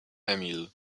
emil